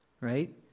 Right